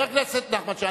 הכנסת נחמן שי.